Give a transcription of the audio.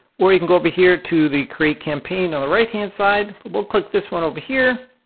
or you can go over here to the create campaign on the right-hand side, we'll click this one over here